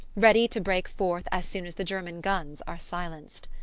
ready to break forth as soon as the german guns are silenced.